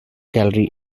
gallery